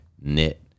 knit